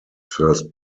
first